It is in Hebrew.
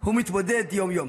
הוא מתמודד ביום-יום.